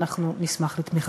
ואנחנו נשמח על תמיכתכם.